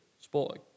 Sporting